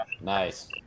Nice